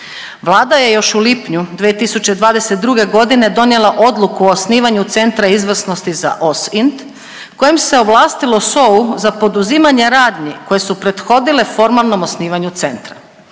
Vlada je još u lipnju 2022.g. donijela odluku o osnivanju Centra izvrsnosti za OSINT kojim se ovlastilo SOA-u za poduzimanje radnji koje su prethodile formalnom osnivanju centra.